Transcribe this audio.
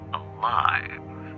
alive